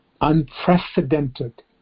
unprecedented